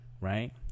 Right